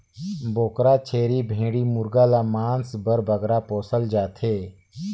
बोकरा, छेरी, भेंड़ी मुरगा ल मांस बर बगरा पोसल जाथे